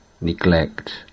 neglect